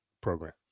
program